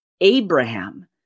Abraham